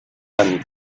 and